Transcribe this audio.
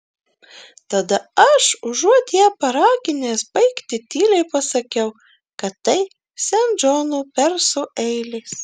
tada aš užuot ją paraginęs baigti tyliai pasakiau kad tai sen džono perso eilės